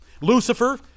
Lucifer